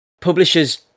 Publishers